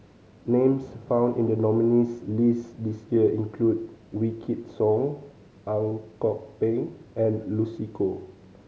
names found in the nominees' list this year include Wykidd Song Ang Kok Peng and Lucy Koh